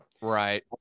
Right